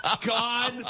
God